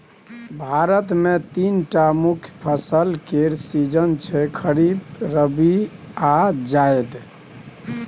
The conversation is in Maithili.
भारत मे तीनटा मुख्य फसल केर सीजन छै खरीफ, रबी आ जाएद